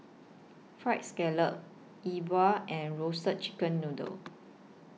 Fried Scallop Yi Bua and Roasted Chicken Noodle